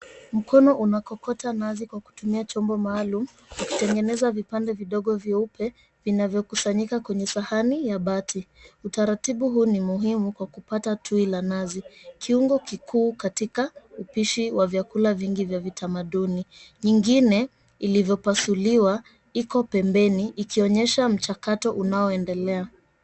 Mkono unakokota nazi kwa kutumia chombo maalum, kwa kutengeneza vipande vidogo vyeupe vinavyokusanyika kwenye sahani ya bati. Utaratibu huu ni muhimu kwa kupata tui la nazi, kiungo kikuu katika vyakula vingi vya kitamaduni. Nyingine iliyopasuliwa iko pembeni, ikionyesha mchakato unaoendelea.